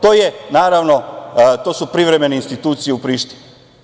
To su, naravno, privremene institucije u Prištini.